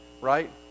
right